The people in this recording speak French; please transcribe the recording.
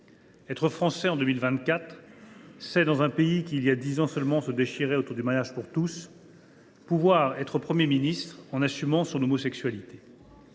Être Français en 2024, c’est, dans un pays qui, il y a dix ans seulement, se déchirait autour du mariage pour tous, pouvoir être Premier ministre en assumant son homosexualité.